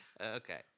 okay